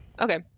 Okay